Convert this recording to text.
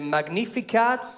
Magnificat